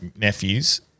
nephews